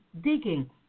digging